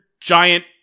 giant